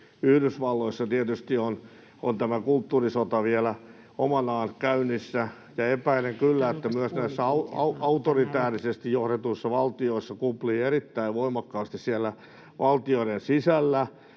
Yhdysvalloissa tietysti on tämä kulttuurisota vielä omanaan käynnissä, ja epäilen kyllä, että myös näissä autoritäärisesti johdetuissa valtioissa kuplii erittäin voimakkaasti siellä valtioiden sisällä.